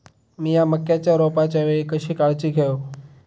मीया मक्याच्या रोपाच्या वेळी कशी काळजी घेव?